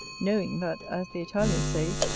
knowing that, as the italians say,